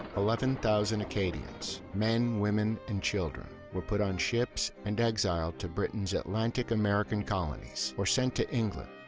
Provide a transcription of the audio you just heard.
eleven thousand acadians men, women and children were put on ships and exiled to britain's atlantic american colonies or sent to england,